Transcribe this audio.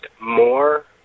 more